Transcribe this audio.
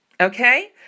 Okay